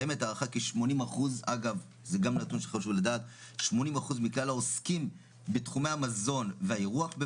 קיימת הערכה כי 80% מכלל העוסקים בתחומי המזון והאירוח,